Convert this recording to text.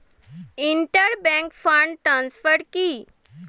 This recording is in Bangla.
ইন্টার ব্যাংক ফান্ড ট্রান্সফার কি?